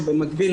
שבמקביל,